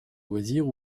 loisir